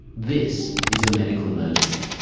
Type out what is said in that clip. this is a medical emergency.